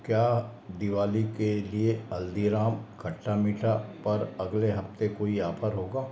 क्या दिवाली के लिए हल्दीराम खट्टा मीठा पर अगले हफ़्ते कोई ऑफ़र होगा